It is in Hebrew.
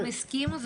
הם הסכימו?